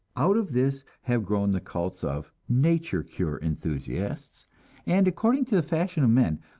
out of this have grown the cults of nature cure enthusiasts and according to the fashion of men,